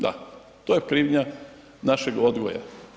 Da, to je krivnja našeg odgoja.